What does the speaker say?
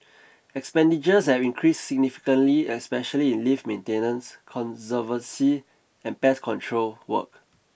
expenditures have increased significantly especially in lift maintenance conservancy and pest control work